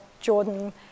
Jordan